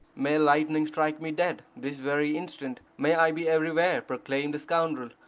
may lightning strike me dead this very instant, may i be everywhere proclaimed a scoundrel,